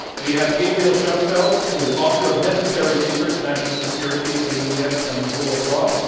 we have gabriel schoenfeld, who is author of necessary secrets national security, the media and the rule of law,